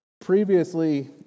Previously